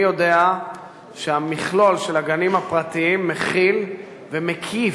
אני יודע שהמכלול של הגנים הפרטיים מכיל ומקיף,